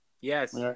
Yes